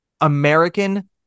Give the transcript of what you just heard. American